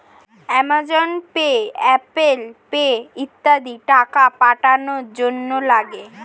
Amazon pay, Apple pay ইত্যাদি টাকা পাঠানোর জন্যে লাগে